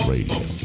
Radio